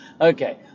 Okay